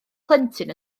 plentyn